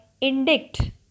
indict